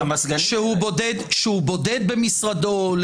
שהוא בודד במשרדו,